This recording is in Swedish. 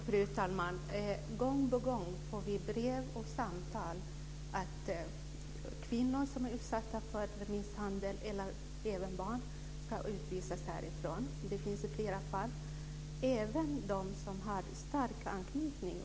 Fru talman! Gång på gång får vi brev och samtal om att kvinnor, och även barn, som är utsatta för misshandel ska utvisas. Det finns flera fall även bland dem som har stark anknytning.